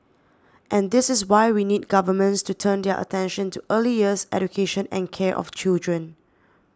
and this is why we need governments to turn their attention to early years education and care of children